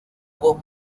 voz